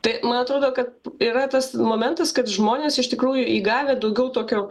tai man atrodo kad yra tas momentas kad žmonės iš tikrųjų įgavę daugiau tokio